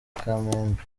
kamembe